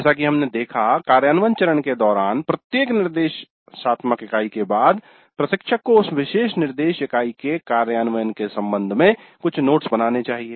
जैसा कि हमने देखा कार्यान्वयन चरण के दौरान प्रत्येक निर्देश इकाई के बाद प्रशिक्षक को उस विशेष निर्देश इकाई के कार्यान्वयन के संबंध में कुछ नोट्स बनाने चाहिए